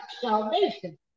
salvation